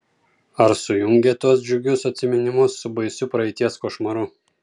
ar sujungė tuos džiugius atsiminimus su baisiu praeities košmaru